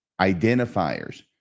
identifiers